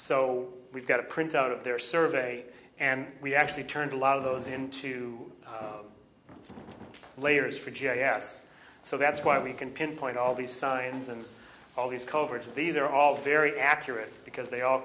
so we've got a printout of their survey and we actually turned a lot of those into layers for g i s so that's why we can pinpoint all these signs and all these coverts these are all very accurate because they all